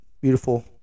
beautiful